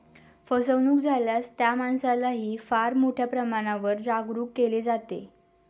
फसवणूक झाल्यास त्या माणसालाही फार मोठ्या प्रमाणावर जागरूक केले जाते